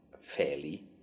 fairly